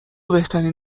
بهترین